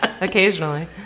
occasionally